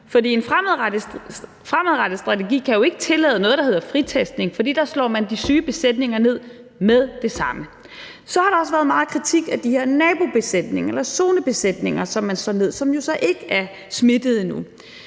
en fremadrettet strategi kan jo ikke tillade noget, der hedder fritestning, for der slår man de syge besætninger ned med det samme. Så har der også været meget kritik af de her nabobesætninger eller zonebesætninger, som man slår ned, og som jo så ikke er smittet endnu.